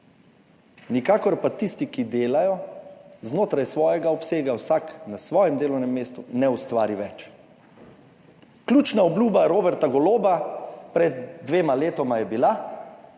nikakor pa tisti, ki delajo znotraj svojega obsega, vsak na svojem delovnem mestu, ne ustvari več. Ključna obljuba Roberta Goloba pred dvema letoma je bila: